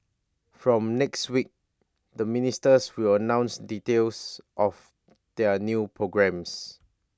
from next week the ministers will announce details of their new programmes